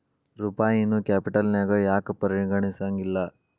ರೂಪಾಯಿನೂ ಕ್ಯಾಪಿಟಲ್ನ್ಯಾಗ್ ಯಾಕ್ ಪರಿಗಣಿಸೆಂಗಿಲ್ಲಾ?